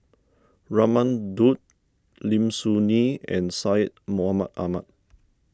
Raman Daud Lim Soo Ngee and Syed Mohamed Ahmed